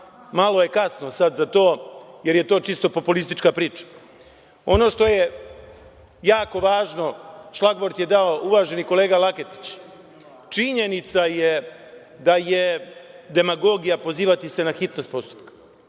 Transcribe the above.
Malo je kasno sada za to, jer je to čisto populistička priča. Ono što je jako važno, šlagvort je dao uvaženi kolega Laketić. Činjenica je da je demagogija pozivati se na hitnost postupka.